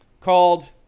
called